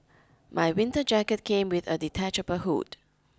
my winter jacket came with a detachable hood